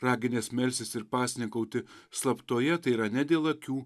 raginęs melstis ir pasninkauti slaptoje tai yra ne dėl akių